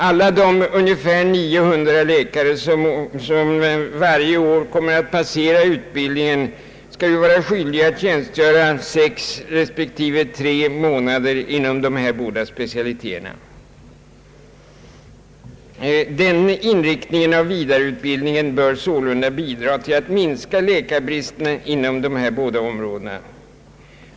Alla de ungefär 900 läkare som varje år kommer att passera utbildningen skall ju vara skyldiga att tjänstgöra sex respektive tre månader inom dessa båda specialiteter. Den inriktningen av vidareutbildningen bör sålunda bidra till att minska läkarbristen inom dessa båda områden.